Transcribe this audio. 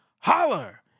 Holler